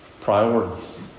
Priorities